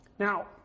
Now